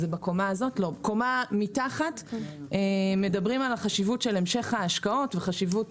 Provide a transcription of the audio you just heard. בקומה מתחת מדברים על חשיבות המשך ההשקעות וחשיבות